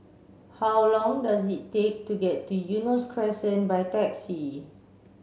how long does it take to get to Eunos Crescent by taxi